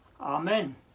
Amen